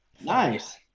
Nice